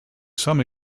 some